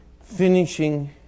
finishing